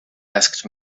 asked